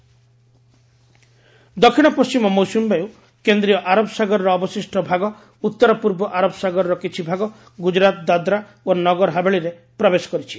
monsoon progress ଦକ୍ଷିଣ ପଶ୍ଚିମ ମୌସୁମୀ ବାୟୁ କେନ୍ଦ୍ରୀୟ ଆରବ ସାଗରର ଅବଶିଷ୍ଟ ଭାଗ ଉତ୍ତର ପୂର୍ବ ଆରବ ସାଗରର କିଛି ଭାଗ ଗୁଜରାତ ଦାଦ୍ରା ଓ ନଗର ହାବେଳିରେ ପ୍ରବେଶ କରିଛି